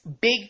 big